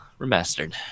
Remastered